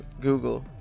google